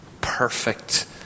perfect